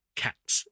,cats